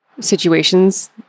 situations